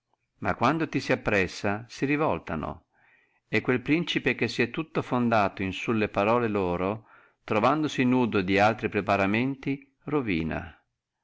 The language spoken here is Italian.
ma quando ti si appressa e si rivoltano e quel principe che si è tutto fondato in sulle parole loro trovandosi nudo di altre preparazioni rovina